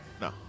No